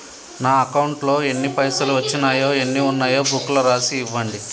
నా అకౌంట్లో ఎన్ని పైసలు వచ్చినాయో ఎన్ని ఉన్నాయో బుక్ లో రాసి ఇవ్వండి?